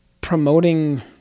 promoting